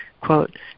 quote